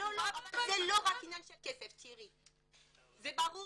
אבל זה לא רק עניין של כסף, תראי, זה ברור